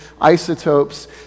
isotopes